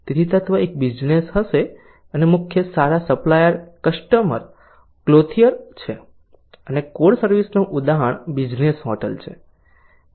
તેથી તત્વ એક બિઝનેસ હશે અને મુખ્ય સારા સપ્લાયર કસ્ટમ ક્લોથિયર છે અને કોર સર્વિસ નું ઉદાહરણ બિઝનેસ હોટલ છે